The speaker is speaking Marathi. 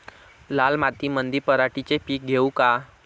लाल मातीमंदी पराटीचे पीक घेऊ का?